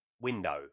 window